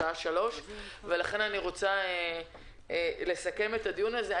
אני רוצה לסכם את הדיון הזה.